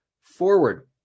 forward